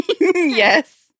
Yes